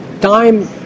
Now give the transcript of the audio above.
Time